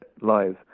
live